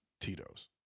Tito's